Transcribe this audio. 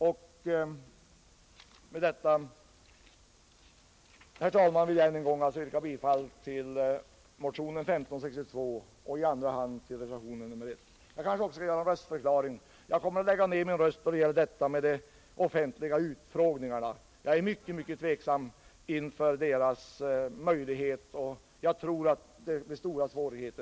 Med detta, herr talman, yrkar jag bifall i första hand till motionen 1562 och i andra hand till reservationen 1. Jag skall också avge en röstförklaring. Jag kommer att lägga ned min röst i punkten som gäller de offentliga utfrågningarna. Jag ställer mig mycket tveksam till sådana och tror att de skulle innebära stora svårigheter.